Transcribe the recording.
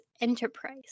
enterprise